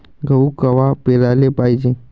गहू कवा पेराले पायजे?